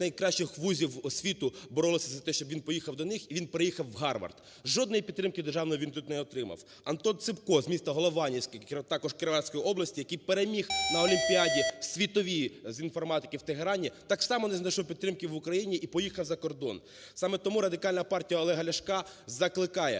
найкращих вузів в освіту, боролися за те, щоб він поїхав до них, і він переїхав в Гарвард. Жодної підтримки державної він тут не отримав. Антон Цибко з міста Голованівськ, також Кіровоградської області, який переміг на олімпіаді світовій з інформатики в Тегерані, так само не знайшов підтримки в Україні і поїхав за кордон. Саме тому Радикальна партія Олега Ляшка закликає